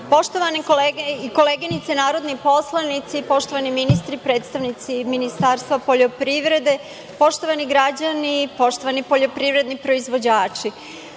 kolege i koleginice narodni poslanici, poštovani ministre, predstavnici Ministarstva poljoprivrede, poštovani građani, poštovani poljoprivredni proizvođači,